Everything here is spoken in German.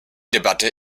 debatte